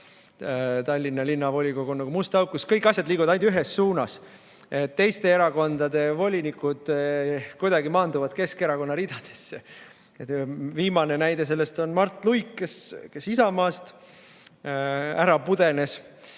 Tallinna Linnavolikogu on nagu must auk, kus kõik asjad liiguvad ainult ühes suunas. Teiste erakondade volinikud kuidagi maanduvad Keskerakonna ridadesse. Viimane näide sellest on Mart Luik, kes Isamaast ära pudenes